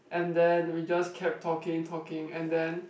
and then we just kept talking talking and then